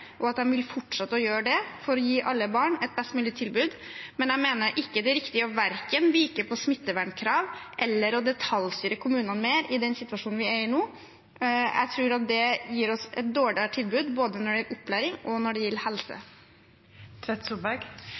og at de vil fortsette å gjøre det for å gi alle barn et best mulig tilbud, men jeg mener ikke det er riktig verken å vike på smittevernkrav eller å detaljstyre kommunene mer i den situasjonen vi er i nå. Jeg tror at det gir oss et dårligere tilbud både når det gjelder opplæring, og når det gjelder